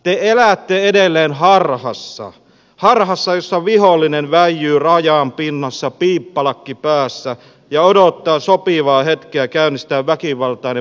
te elätte edelleen harhassa harhassa jossa vihollinen väijyy rajan pinnassa piippalakki päässä ja odottaa sopivaa hetkeä käynnistää väkivaltainen maahan tunkeutuminen